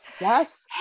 Yes